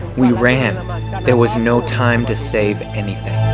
we ran. um ah there was no time to save anything.